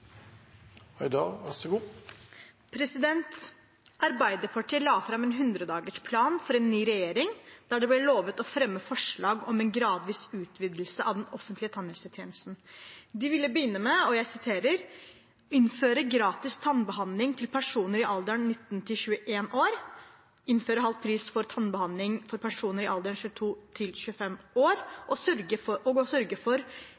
la fram en 100-dagersplan for en ny regjering, der det ble lovet å fremme forslag om en gradvis utvidelse av den offentlige tannhelsetjenesten. De ville begynne med å «Innføre gratis tannhelsebehandling til personer i alderen 19 til 21 år, innføre halv pris for tannhelsebehandling for personer i alderen 22–25 år og sørge for